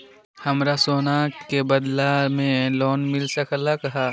हमरा सोना के बदला में लोन मिल सकलक ह?